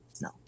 no